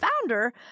founder